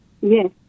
Yes